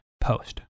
post